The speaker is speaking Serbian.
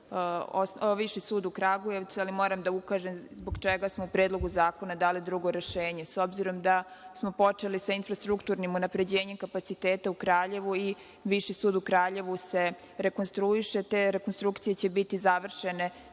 Viši sud u Kragujevcu, ali moram da ukažem zbog čega smo u Predlogu zakona dali drugo rešenje. S obzirom da smo počeli sa infrastrukturnim unapređenjem kapaciteta u Kraljevu i Viši sud u Kraljevu se rekonstruiše, te rekonstrukcije će biti završene